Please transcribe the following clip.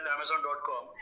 Amazon.com